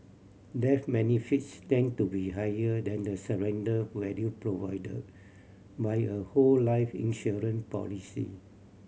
death benefits tend to be higher than the surrender value provided by a whole life insurance policy